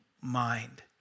mind